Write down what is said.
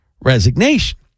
resignation